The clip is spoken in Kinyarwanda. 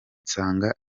nsanga